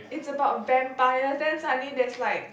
it's about vampires then suddenly there's like